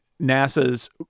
NASA's